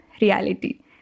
reality